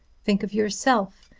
think of yourself.